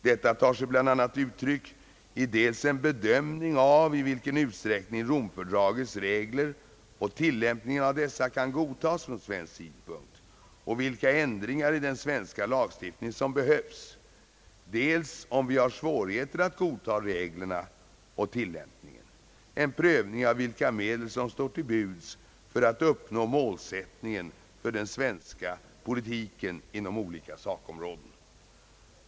Detta tar sig bl.a. uttryck i dels en bedömning av i vilken utsträckning Romfördragets regler och tillämpningen av dessa kan godtas från svensk synpunkt och vilka ändringar i den svenska lagstiftningen som behövs, dels — om vi har svårigheter att godta reglerna och tillämpningen en prövning av vilka medel som står till buds för att uppnå målsättningen för den svenska politiken inom olika sakområden.